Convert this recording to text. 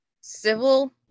civil